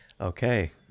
Okay